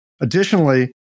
Additionally